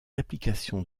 applications